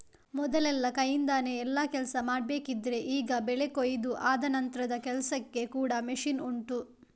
ಮೊದಲೆಲ್ಲ ಕೈನಿಂದಾನೆ ಎಲ್ಲಾ ಕೆಲ್ಸ ಮಾಡ್ಬೇಕಿದ್ರೆ ಈಗ ಬೆಳೆ ಕೊಯಿದು ಆದ ನಂತ್ರದ ಕೆಲ್ಸಕ್ಕೆ ಕೂಡಾ ಮಷೀನ್ ಉಂಟು